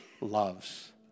loves